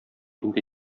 инде